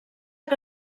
que